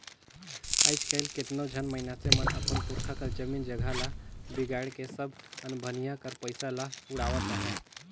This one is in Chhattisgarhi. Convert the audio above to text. आएज काएल केतनो झन मइनसे मन अपन पुरखा कर जमीन जगहा ल बिगाएड़ के सब अनभनिया कर पइसा ल उड़ावत अहें